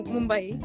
Mumbai